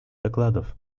докладов